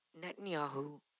Netanyahu